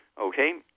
Okay